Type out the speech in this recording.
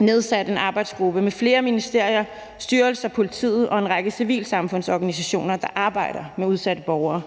nedsat en arbejdsgruppe med flere ministerier, styrelser, politiet og en række civilsamfundsorganisationer, der arbejder med udsatte borgere.